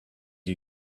you